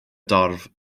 dorf